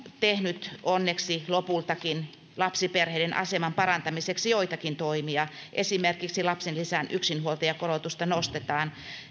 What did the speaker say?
tehnyt onneksi lopultakin lapsiperheiden aseman parantamiseksi joitakin toimia esimerkiksi lapsilisän yksinhuoltajakorotusta nostetaan